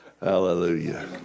Hallelujah